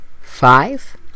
five